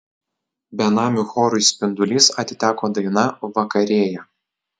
benamių chorui spindulys atiteko daina vakarėja